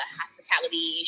hospitality